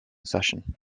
session